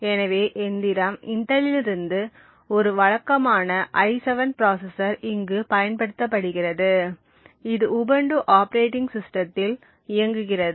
எனவே எந்திரம் இன்டெல்லிலிருந்து ஒரு வழக்கமான i7 ப்ராசசர் இங்கு பயன்படுத்தப்படுகிறது இது உபுண்டு ஆபரேட்டிங் சிஸ்டத்தில் இயங்குகிறது